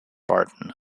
barton